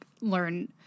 learn –